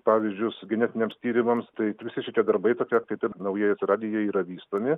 pavyzdžius genetiniams tyrimams tai visi šitie darbai tokie kaip ir naujai atsiradę jie yra vystomi